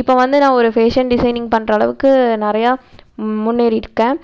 இப்போ வந்து நான் ஒரு ஃபேஷன் டிசைனிங் பண்றளவுக்கு நிறையா முன்னேறியிருக்கேன்